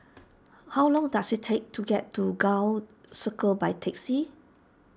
how long does it take to get to Gul Circle by taxi